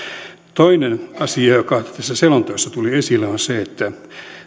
toinen asia joka tässä selonteossa tuli esille on se että